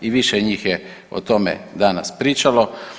I više njih je o tome danas pričalo.